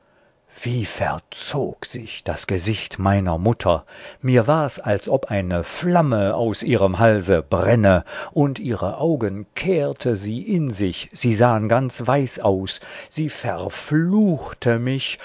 wie verzog sich das gesicht meiner mutter mir war's als ob eine flamme aus ihrem halse brenne und ihre augen kehrte sie in sich sie sahen ganz weiß aus sie verfluchte mich